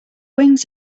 wings